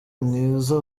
mwiza